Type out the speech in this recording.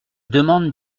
demande